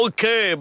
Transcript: Okay